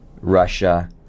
Russia